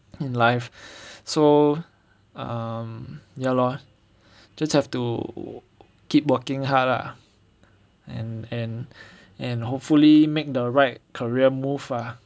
in life so um ya lor just have to keep working hard lah and and and hopefully make the right career move lah